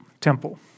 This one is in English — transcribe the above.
temple